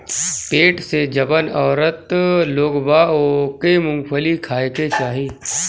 पेट से जवन औरत लोग बा ओके मूंगफली खाए के चाही